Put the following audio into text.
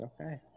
Okay